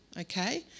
Okay